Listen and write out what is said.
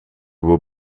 will